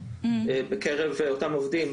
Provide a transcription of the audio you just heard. ביאבה בקרב אותם העובדים.